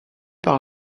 par